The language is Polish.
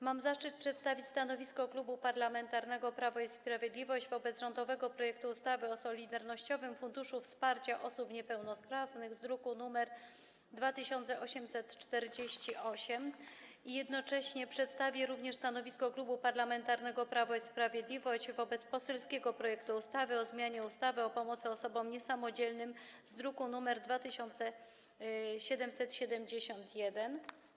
Mam zaszczyt przedstawić stanowisko Klubu Parlamentarnego Prawo i Sprawiedliwość wobec rządowego projektu ustawy o Solidarnościowym Funduszu Wsparcia Osób Niepełnosprawnych z druku nr 2848 i jednocześnie przedstawię stanowisko Klubu Parlamentarnego Prawo i Sprawiedliwość wobec poselskiego projektu ustawy o zmianie ustawy o pomocy osobom niesamodzielnym z druku nr 2771.